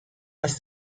less